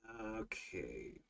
Okay